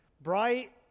Bright